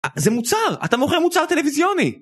אה, זה מוצר! אתה מוכר מוצר טלוויזיוני!